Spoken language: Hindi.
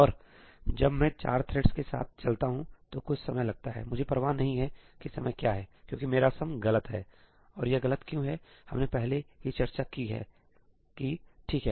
और जब मैं चार थ्रेड्स के साथ चलता हूं तो कुछ समय लगता है मुझे परवाह नहीं है कि समय क्या है क्योंकि मेरा सम गलत है और यह गलत क्यों है हमने पहले ही चर्चा की है कि ठीक है